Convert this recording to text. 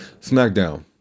Smackdown